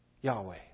Yahweh